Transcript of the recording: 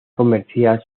comercial